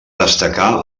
destacar